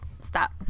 stop